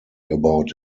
about